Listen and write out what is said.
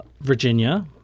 Virginia